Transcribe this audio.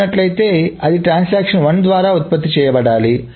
చదివినట్ల యితే అది ట్రాన్సాక్షన్1 ద్వారా ఉత్పత్తి చేయబడాలి